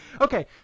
okay